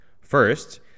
First